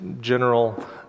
general